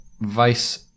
vice